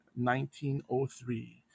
1903